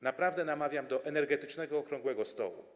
Naprawdę namawiam do energetycznego okrągłego stołu.